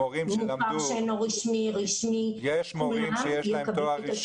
מוכר שאינו רשמי, רשמי, כולם יקבלו.